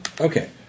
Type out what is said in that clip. Okay